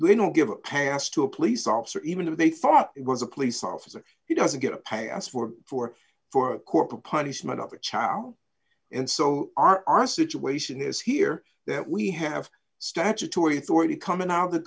they don't give a pass to a police officer even if they thought it was a police officer he doesn't get a pass for four for corporal punishment of a child and so our situation is here that we have statutory authority coming out